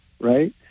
Right